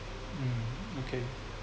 mm okay